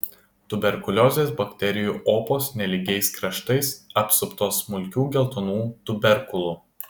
tuberkuliozės bakterijų opos nelygiais kraštais apsuptos smulkių geltonų tuberkulų